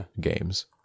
games